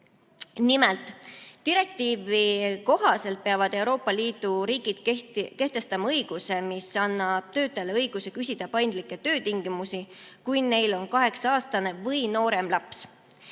Nimelt, direktiivi kohaselt peavad Euroopa Liidu riigid kehtestama õiguse, mis annab töötajale õiguse küsida paindlikke töötingimusi, kui neil on 8-aastane või noorem laps.